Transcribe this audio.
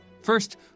First